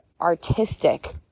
artistic